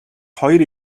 хоёр